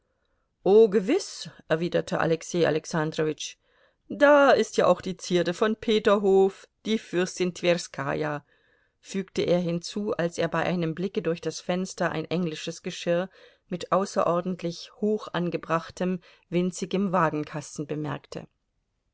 o gewiß erwiderte alexei alexandrowitsch da ist ja auch die zierde von peterhof die fürstin twerskaja fügte er hinzu als er bei einem blicke durch das fenster ein englisches geschirr mit außerordentlich hoch angebrachtem winzigem wagenkasten bemerkte